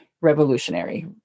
revolutionary